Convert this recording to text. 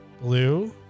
blue